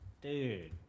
Dude